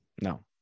No